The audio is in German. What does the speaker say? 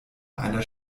einer